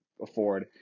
afford